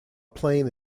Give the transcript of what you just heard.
plane